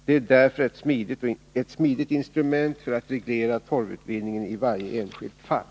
Det är därför ett smidigt instrument för att reglera torvutvinningen i varje enskilt fall.